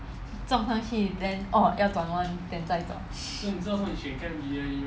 撞上去 then 要转弯 then 再走